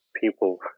people